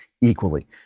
equally